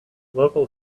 local